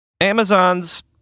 Amazon's